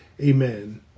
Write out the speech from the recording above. amen